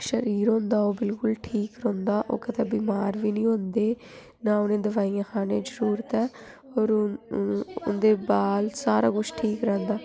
शरीर होंदा ओह् बिल्कुल ठीक रौंह्दा होर ओह् कदैं बमार बी निं होंदे नां उ'नें गी दोआइयां खाने दी जरूरत ऐ होर उं'दे बाल सारा कुछ ठीक रौंह्दा